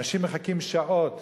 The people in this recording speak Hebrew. אנשים מחכים שעות